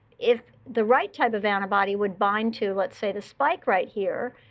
if the right type of antibody would bind to, let's say, the spike right here,